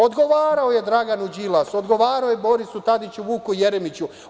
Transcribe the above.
Odgovarao je Draganu Đilasu, odgovarao je Borisu Tadiću, Vuku Jeremiću.